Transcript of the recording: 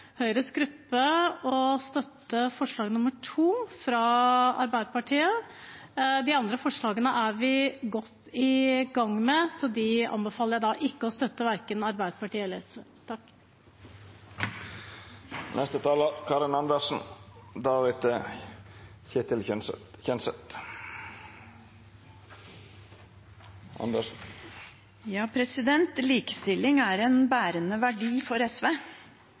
Høyres gruppe å støtte forslag nr. 2, fra Arbeiderpartiet. De andre forslagene er vi godt i gang med, så de anbefaler jeg ikke å støtte, verken Arbeiderpartiets eller SVs. Likestilling er en bærende verdi for SV.